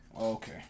Okay